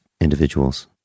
individuals